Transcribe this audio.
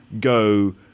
go